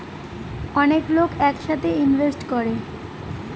অনেক লোক এক সাথে ইনভেস্ট করে